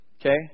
Okay